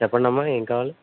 చెప్పండమ్మా ఏమి కావాలి